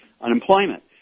unemployment